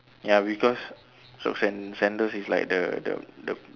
ya because socks and sandals is like the the the